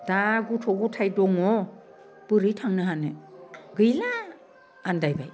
दा गथ' गथाय दङ बोरै थांनो हानो गैला आन्दायबाय